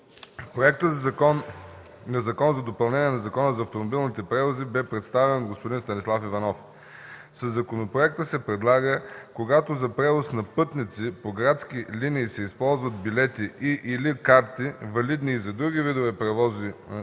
Проектът на закон за допълнение на Закона за автомобилните превози бе представен от господин Станислав Иванов. Със законопроекта се предлага, когато за превоз на пътници по градски линии се използват билети и/или карти, валидни и за други видове превози от